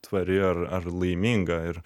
tvari ar ar laiminga ir